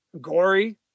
gory